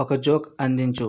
ఒక జోక్ అందించు